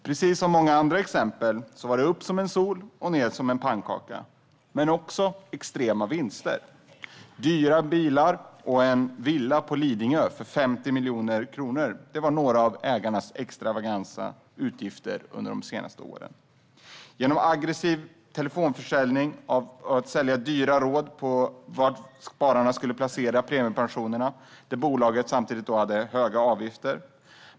Precis som många andra exempel gick man upp som en sol och ned som en pannkaka, men man gjorde också extrema vinster. Dyra bilar och en villa på Lidingö för 50 miljoner kronor var några av ägarnas extravaganta utgifter under de senaste åren. Man använde sig av aggressiv telefonförsäljning och sålde dyra råd om hur spararna skulle placera premiepensionerna, samtidigt som bolaget tog ut höga avgifter.